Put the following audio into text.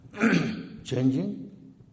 changing